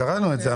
קראנו את זה.